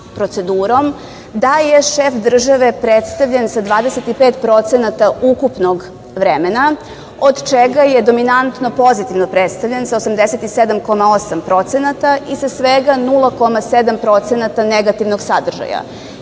da je šef države predstavljen sa 25% ukupnog vremena, od čega je dominantno pozitivno predstavljen sa 87,8% i sa svega 0,7% negativnog sadržaja. Isti